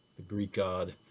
the greek god,